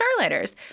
Starlighters